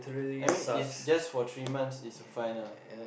I mean it's just for three months it's fine ah